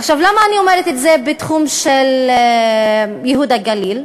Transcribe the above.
עכשיו, למה אני אומרת את זה בתחום של ייהוד הגליל?